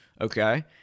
okay